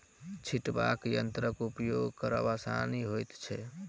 छिटबाक यंत्रक उपयोग करब आसान होइत छै